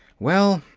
well,